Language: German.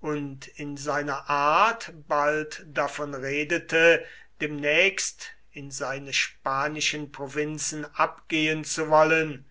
und in seiner art bald davon redete demnächst in seine spanischen provinzen abgehen zu wollen